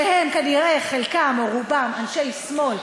שהם כנראה חלקם או רובם אנשי שמאל,